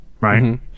right